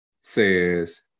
says